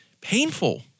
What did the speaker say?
painful